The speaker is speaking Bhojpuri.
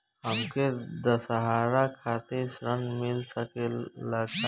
हमके दशहारा खातिर ऋण मिल सकेला का?